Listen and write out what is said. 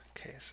Okay